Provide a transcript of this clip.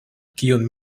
kiun